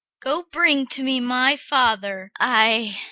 go, bring to me my father. aye,